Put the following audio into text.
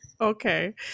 okay